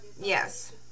Yes